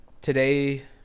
today